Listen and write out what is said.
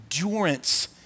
endurance